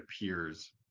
appears